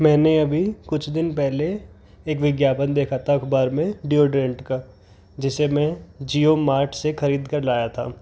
मैंने अभी कुछ दिन पहले एक विज्ञापन देखा था अखबार में डिओडोरेंट का जिसे में जीओ मार्ट से खरीदकर लाया था